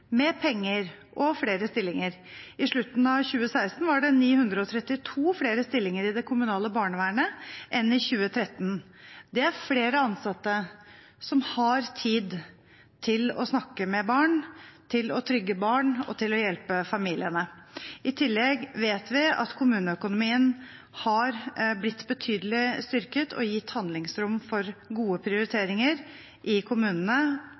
med penger og flere stillinger. I slutten av 2016 var det 932 flere stillinger i det kommunale barnevernet enn i 2013. Det er flere ansatte som har tid til å snakke med barn, til å trygge barn og til å hjelpe familiene. I tillegg vet vi at kommuneøkonomien har blitt betydelig styrket og gitt handlingsrom for gode prioriteringer i kommunene,